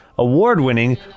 award-winning